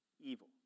Evil